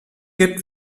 gibt